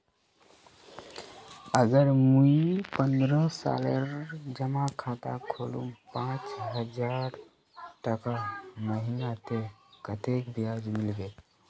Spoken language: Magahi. अगर मुई पन्द्रोह सालेर जमा खाता खोलूम पाँच हजारटका महीना ते कतेक ब्याज मिलबे?